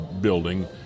building